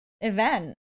event